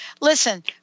listen